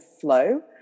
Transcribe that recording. flow